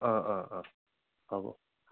অঁ অঁ অঁ হ'ব